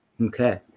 Okay